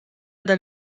dal